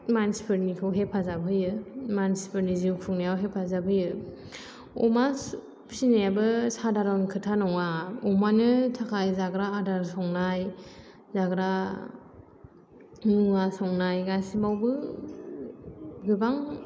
मानसिफोरनिखौ हेफाजाब होयो मानसिफोरनि जिउ खुंनायाव हेफाजाब होयो अमा फिसिनायाबो सादारन खोथा नङा अमानो थाखाय जाग्रा आदार संनाय जाग्रा मुवा संनाय गासैयावबो गोबां